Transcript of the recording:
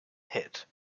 hit